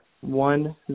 One